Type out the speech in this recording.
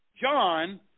John